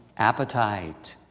appetite.